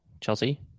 Chelsea